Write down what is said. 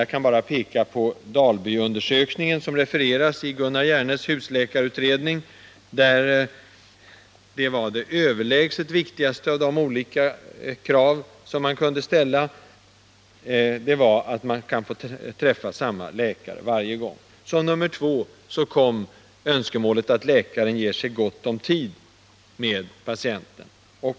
Jag kan bara peka på Dalbyundersökningen, som refereras i Gunnar Hjernes husläkarutredning. Det överlägset viktigaste, av de olika krav som man kunde ställa, var att man skall få träffa samma läkare varje gång. Som nummer två kom önskemålet att läkaren ger sig gott om tid med patienten.